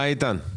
איתן,